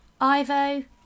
Ivo